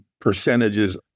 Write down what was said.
percentages